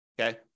okay